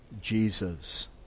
Jesus